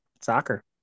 Soccer